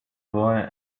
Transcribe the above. boy